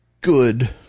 good